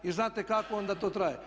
I znate kako onda to traje.